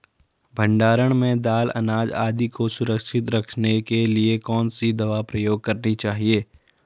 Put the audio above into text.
भण्डारण में दाल अनाज आदि को सुरक्षित रखने के लिए कौन सी दवा प्रयोग करनी चाहिए?